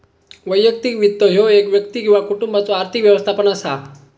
वैयक्तिक वित्त ह्यो एक व्यक्ती किंवा कुटुंबाचो आर्थिक व्यवस्थापन असा